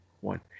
one